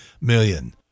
million